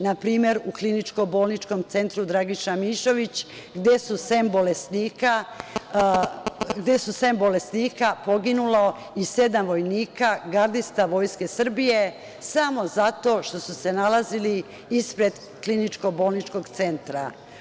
Na primer u Kliničko bolničkom centru „Dragiša Mišović“ gde su sem bolesnika poginulo i sedam vojnika gardista Vojske Srbije, samo zato što su se nalazili ispred Kliničko bolničkog centra.